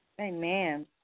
Amen